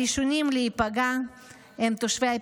הראשונים להיפגע הם תושבי הפריפריה,